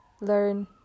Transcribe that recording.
learn